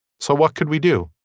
so what could we do.